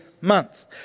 month